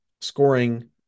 scoring